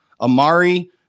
Amari